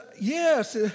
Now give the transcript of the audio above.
yes